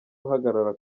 uhagarara